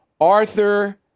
Arthur